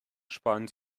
sparen